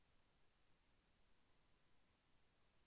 Dry sowing అంటే ఏమిటి?